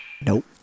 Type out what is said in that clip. Nope